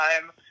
time